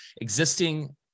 existing